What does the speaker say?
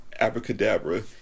Abracadabra